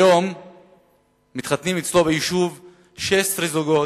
היום מתחתנים אצלו ביישוב 16 זוגות,